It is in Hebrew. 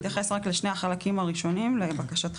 אני אתייחס רק לשני החלקים הראשונים לבקשתך.